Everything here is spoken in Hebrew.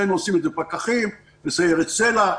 אצלנו עושים את זה פקחים וסיירת סל"ע,